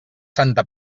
santa